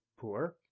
poor